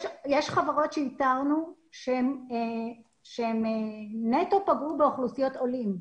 יש חברות שאיתרנו שהן נטו פגעו באוכלוסיות עולים.